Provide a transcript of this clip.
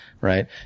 right